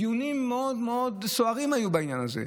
דיונים מאוד סוערים היו בעניין הזה.